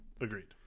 Agreed